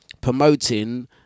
promoting